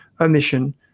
omission